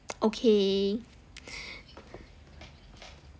okay